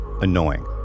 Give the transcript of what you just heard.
annoying